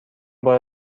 بار